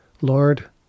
Lord